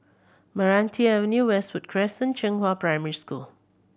Meranti Avenue Westwood Crescent Zhenghua Primary School